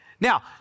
Now